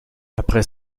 après